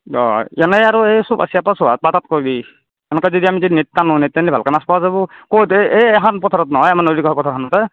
অঁ এনেই আৰু এই চোপ চেপা চোহাত পাতাত কৰবি এনকা যদি আমি যদি নেট টানো নেট টানলে ভালকে মাছ পোৱা যাব ক'ত এই এই এইখন পথাৰত নহয় আমাৰ নদী কাষৰ পথাৰখনতে